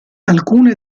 alcune